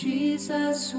Jesus